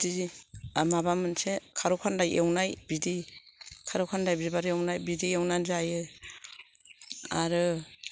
बिदि आरो माबा मोनसे खार' खानदाय एवनाय बिदि खार' खानदाय बिबार एवनाय बिदि एवनानै जायो आरो